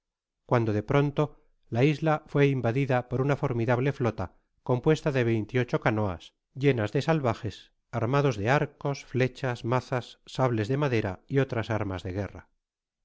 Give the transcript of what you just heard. cuando de pronto la isla fué invadida por una formidable flota compuesta de veinte y ocho canoas llenas de salvajes armados de arcos flechas mazas sables de ma dera y otras armas de guerra